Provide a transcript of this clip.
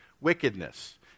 wickedness